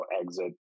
exit